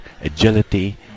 agility